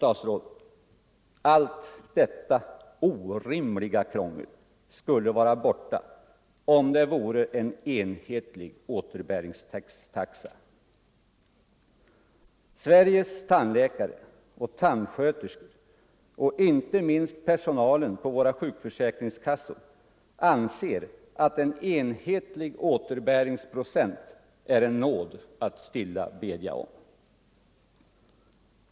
Allt detta orimliga krångel skulle vara borta om det fanns en enhetlig återbäringstaxa. Sveriges tandläkare och tandsköterskor och inte minst personalen på våra sjukförsäkringskassor anser att en enhetlig återbäringsprocent är en nåd att stilla bedja om.